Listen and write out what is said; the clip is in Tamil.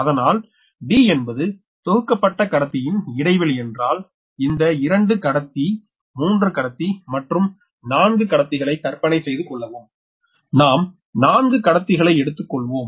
அதனால் d என்பது தொகுக்கப்பட்ட கடத்தியின் இடைவெளி என்றல் இந்த 2 கடத்தி 3 கடத்தி மற்றும் 4 கடத்திகளை கற்பனை செய்து கொள்ளவும் நாம் 4 கடத்திகளை எடுத்து கொள்வோம்